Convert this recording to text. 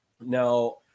now